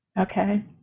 Okay